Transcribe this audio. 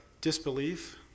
disbelief